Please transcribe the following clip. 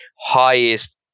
highest